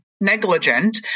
negligent